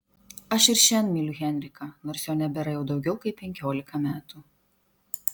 aš ir šiandien myliu henriką nors jo nebėra jau daugiau kaip penkiolika metų